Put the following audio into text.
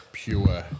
pure